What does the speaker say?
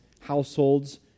households